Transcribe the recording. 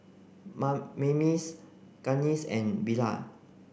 Maymie Gaines and Bella